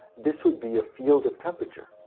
this would be a field of temperature.